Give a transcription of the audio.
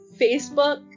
Facebook